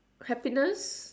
happiness